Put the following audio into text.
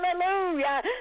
Hallelujah